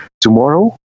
tomorrow